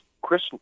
Chris